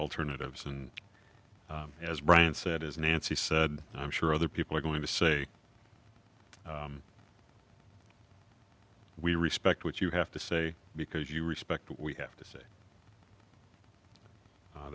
alternatives and as brian said as nancy said i'm sure other people are going to say we respect what you have to say because you respect what we have to say